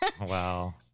Wow